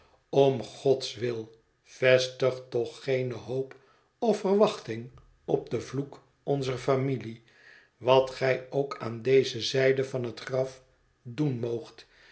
om gods wil vestig toch geene hoop of verwachting op den vloek onzer familie wat gij ook aan deze zijde van het graf doen